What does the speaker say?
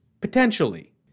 potentially